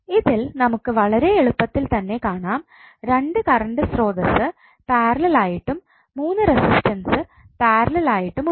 ഇതിൽ നമുക്ക് വളരെ എളുപ്പത്തിൽ തന്നെ കാണാം രണ്ട് കറണ്ട് സ്രോതസ്സ് പാരലൽ ആയിട്ടും മൂന്ന് റെസിസ്റ്റൻസ് പാരലൽ ആയിട്ടും ഉണ്ടെന്ന്